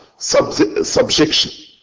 subjection